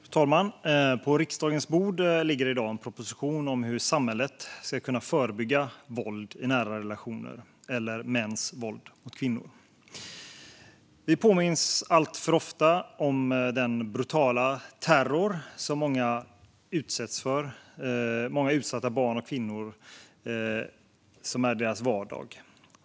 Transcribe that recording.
Fru talman! På riksdagens bord ligger i dag en proposition om hur samhället ska kunna förebygga våld i nära relationer eller mäns våld mot kvinnor. Vi påminns alltför ofta om den brutala terror som är många utsatta barns och kvinnors vardag.